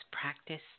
practice